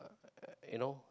you know